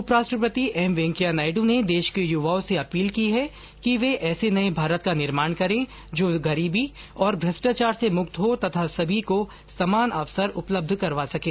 उपराष्ट्रपति एम वैंकेया नायडु ने देश के युवाओं से अपील की है कि वे ऐसे नये भारत का निर्माण करें जो गरीबी निरक्षरता और भ्रष्टाचार से मुक्त हो तथा सभी को समान अवसर उपलब्ध करवाये